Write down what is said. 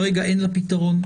אין לה פתרון.